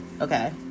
okay